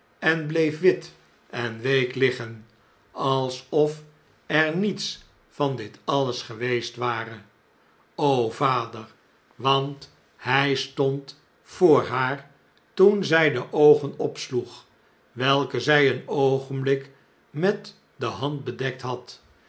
en bleef wit en week liggen alsof er niets van dit alles geweest ware o vader want hjj stond voor haar toen zy de oogen opsloeg welke zij een oogenblik met de hand bedekt had